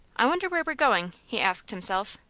i wonder where we're going? he asked himself.